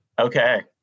okay